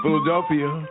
Philadelphia